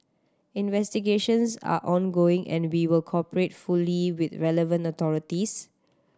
investigations are ongoing and we will cooperate fully with the relevant authorities